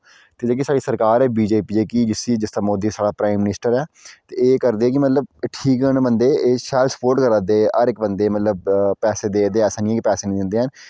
ते जेह्की साढ़ी सरकार बी जे पी जेह्की जिसदा मोदी साढ़ा प्राईम मनिस्टर ऐ ते एह् करदे कि मतलव ठीक न बंदे सपोट करा दे हर इक बंदे मतलव पैसे देआ दे ऐसा नी ऐ कि पैसे नी दिंदे हैन